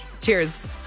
Cheers